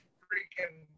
freaking